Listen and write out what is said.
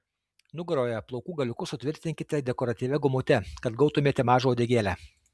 nugaroje plaukų galiukus sutvirtinkite dekoratyvia gumute kad gautumėte mažą uodegėlę